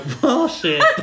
bullshit